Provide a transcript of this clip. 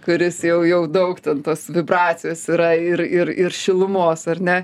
kuris jau jau daug ten tos vibracijos yra ir ir ir šilumos ar ne